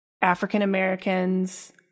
African-Americans